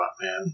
man